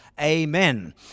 Amen